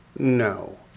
no